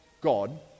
God